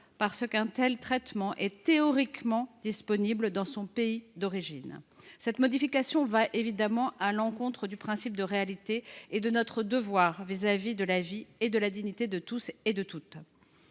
parce qu’un tel traitement est théoriquement disponible dans son pays d’origine. Cette modification va évidemment à l’encontre du principe de réalité et de notre devoir à l’égard de la vie et de la dignité de tous et toutes.